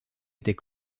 était